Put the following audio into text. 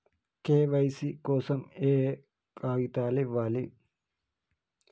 KYC కోసం ఏయే కాగితాలు ఇవ్వాలి?